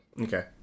Okay